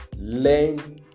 Learn